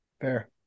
fair